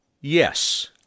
Yes